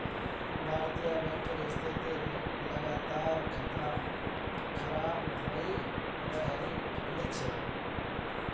भारतीय बैंकेर स्थिति लगातार खराब हये रहल छे